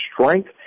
strength